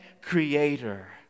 creator